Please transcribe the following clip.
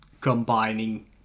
combining